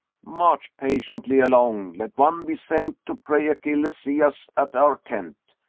march patiently along. let one be sent to pray achilles see us at our tent.